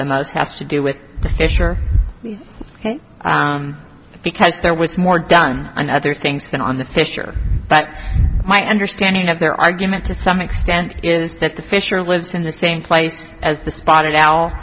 the most has to do with the fish or because there was more done on other things than on the fish or but my understanding of their argument to some extent is that the fish are lives in the same place as the spotted owl